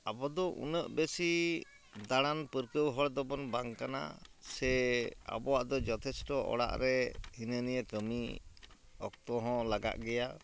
ᱟᱵᱚᱫᱚ ᱩᱱᱟᱹᱜ ᱵᱮᱥᱤ ᱫᱟᱬᱟᱱ ᱯᱟᱹᱨᱟᱠᱟᱹᱣ ᱦᱚᱲ ᱫᱚᱵᱚᱱ ᱵᱟᱝ ᱠᱟᱱᱟ ᱥᱮ ᱟᱵᱚᱣᱟᱜ ᱫᱚ ᱡᱚᱛᱷᱮᱥᱴᱚ ᱚᱲᱟᱜ ᱨᱮ ᱦᱤᱱᱟᱹ ᱱᱤᱭᱟᱹ ᱠᱟᱢᱤ ᱚᱠᱛᱚ ᱦᱚᱸ ᱞᱟᱜᱟᱜ ᱜᱮᱭᱟ